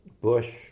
Bush